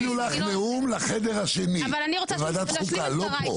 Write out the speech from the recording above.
הכינו לך נאום לחדר השני, לוועדת חוקה, לא פה.